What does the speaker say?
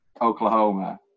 Oklahoma